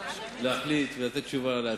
להחליט ולתת תשובה לעצמך,